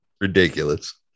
ridiculous